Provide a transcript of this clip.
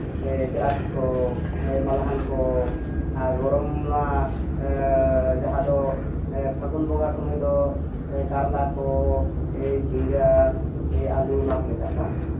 ᱵᱤᱞᱟᱹᱛᱤ ᱠᱚ ᱮᱭ ᱢᱟᱞᱦᱟᱱ ᱠᱚ ᱟᱨ ᱜᱚᱨᱚᱢ ᱱᱚᱣᱟ ᱡᱟᱦᱟᱸ ᱫᱚ ᱯᱷᱟᱹᱜᱩᱱ ᱵᱚᱸᱜᱟ ᱥᱚᱢᱚᱭ ᱫᱚ ᱠᱟᱨᱞᱟ ᱠᱚ ᱮᱭ ᱡᱷᱤᱝᱜᱟᱹ ᱮᱭ ᱟᱞᱩ ᱱᱚᱣᱟ ᱠᱚᱞᱮ ᱪᱟᱥᱟ